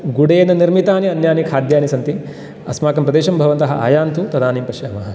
गुडेन निर्मितानि अन्यानि खाद्यानि सन्ति अस्माकं प्रदेशं भवन्तः आयान्तु तदानीं पश्यामः